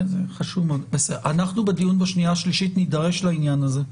אנחנו בדיון בשנייה ובשלישית נידרש לעניין הזה.